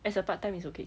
as a part time it's okay